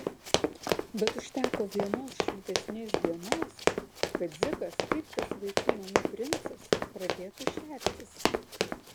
bet užteko vienos šiltesnės dienos kad dzikas kaip tas vaikų namų princas pradėtų šertis